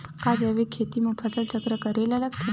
का जैविक खेती म फसल चक्र करे ल लगथे?